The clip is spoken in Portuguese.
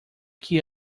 que